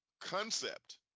concept